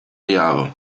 jahre